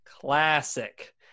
Classic